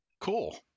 Cool